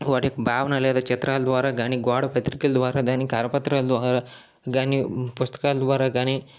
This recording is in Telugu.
వాటి యొక్క భావన లేదా చిత్రాల ద్వారా కాని గోడ పత్రికల ద్వారా కాని కరపత్రాల ద్వారా కాని పుస్తకాల ద్వారా కాని